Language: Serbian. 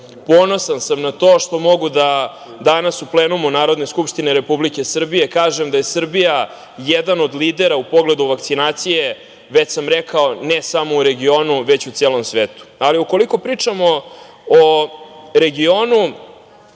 sam na to što mogu da danas u plenumu Narodne skupštine Republike Srbije kažem da je Srbija jedan od lidera u pogledu vakcinacije, već sam rekao ne samo u regionu, već u celom svetu. Ukoliko pričamo o regionu,